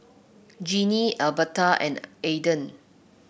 Jeanine Albertha and Aiden